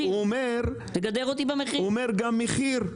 עכשיו, הוא אומר גם מחיר,